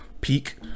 peak